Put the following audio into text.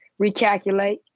recalculate